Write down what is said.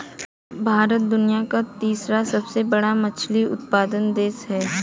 भारत दुनिया का तीसरा सबसे बड़ा मछली उत्पादक देश है